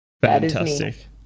fantastic